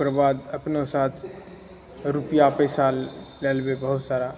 ओकर बाद अपनो साथ रुपिआ पैसा लए लेबै बहुत सारा